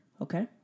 Okay